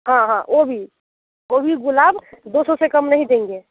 हाँ हाँ वो भी वो भी गुलाब दो सौ से कम नहीं देंगे